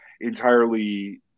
entirely